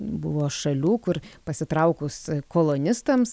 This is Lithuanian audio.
buvo šalių kur pasitraukus kolonistams